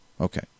okay